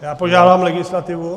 Já požádám legislativu.